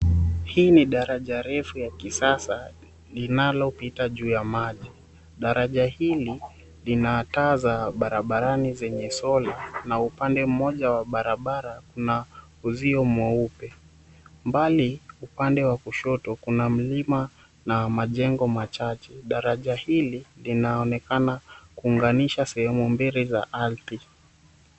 Hii ni daraja refu ya kisasa linalopita juu ya maji, daraja hili lina taa za barabarani zenye solar , na upande mmoja wa barabara kuna uzio mweupe. Mbali upande wa kushoto kuna mlima na majengo machache, daraja hili linaonekana kuunganisha sehemu mbili za ardhi.